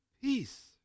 peace